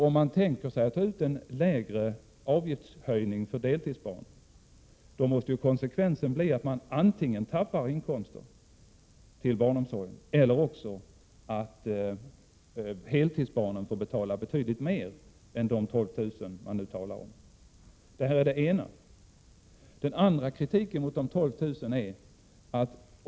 Om man tänker sig en lägre avgiftshöjning för deltidsbarn, måste ju konsekvensen bli antingen att man tappar inkomster till barnomsorgen eller också att heltidsbarnen får betala betydligt mer än de 12 000 kr. som man nu talar om. Det här är den ena saken när det gäller kritiken mot de 12 000 kronorna. Så till den andra saken.